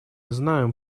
знаем